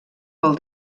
vol